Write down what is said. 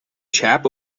chap